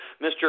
Mr